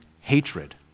hatred